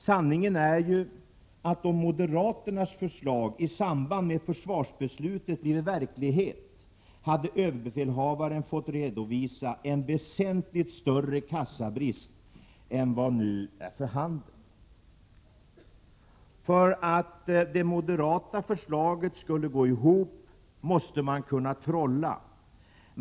Sanningen är ju att om moderaternas förslag i samband med försvarsbeslutet blivit verklighet, hade överbefälhavaren fått redovisa en väsentligt större kassabrist än den som nu är för handen. För att få det moderata förslaget att gå ihop måste man kunna trolla.